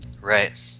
Right